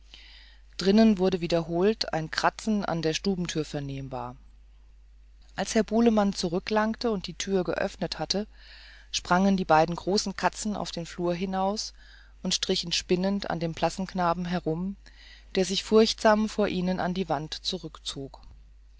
drinnen wurde wiederholt ein kratzen an der stubentür vernehmbar als herr bulemann zurückgelangt und die tür geöffnet hatte sprangen die beiden großen katzen auf den flur hinaus und strichen spinnend an dem blassen knaben herum der sich furchtsam vor ihnen an die wand zurückzog